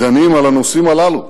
דנים על הנושאים הללו.